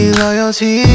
loyalty